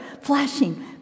flashing